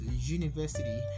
university